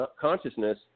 consciousness